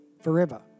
forever